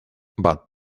but